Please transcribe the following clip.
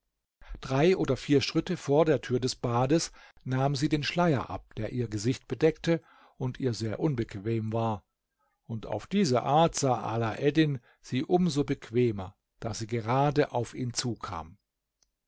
drei oder vier schritte vor der tür des bades nahm sie den schleier ab der ihr gesicht bedeckte und ihr sehr unbequem war und auf diese art sah alaeddin sie um so bequemer da sie gerade auf ihn zukam